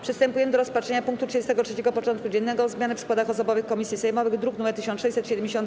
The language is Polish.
Przystępujemy do rozpatrzenia punktu 33. porządku dziennego: Zmiany w składach osobowych komisji sejmowych (druk nr 1671)